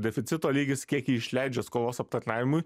deficito lygis kiek ji išleidžia skolos aptarnavimui